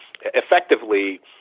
effectively